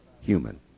human